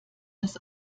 das